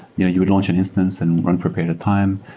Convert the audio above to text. you know you would launch an instance and run for a period of time.